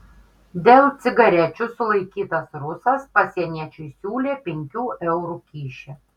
dėl cigarečių sulaikytas rusas pasieniečiui siūlė penkių eurų kyšį